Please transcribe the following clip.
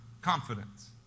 confidence